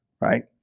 right